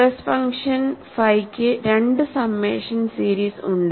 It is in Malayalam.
സ്ട്രെസ് ഫംഗ്ഷൻ ഫൈക്ക് 2 സമ്മേഷൻ സീരീസ് ഉണ്ട്